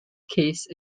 case